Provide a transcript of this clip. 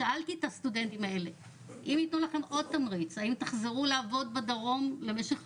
שאלתי אותם אם הם יסכימו לחזור לחמש